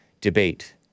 debate